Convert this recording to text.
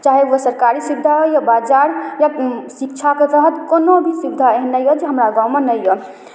चाहे ओ सरकारी सुविधा होय या बाजार या शिक्षाके तहत कोनो भी सुविधा एहन नहि यए जे हमरा गाममे नहि यए